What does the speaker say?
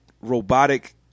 robotic